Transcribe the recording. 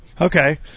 okay